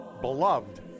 Beloved